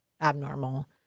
abnormal